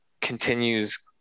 continues